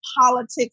politics